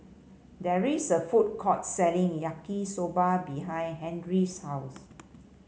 there is a food court selling Yaki Soba behind Henri's house